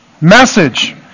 message